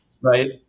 Right